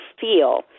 feel